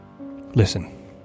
Listen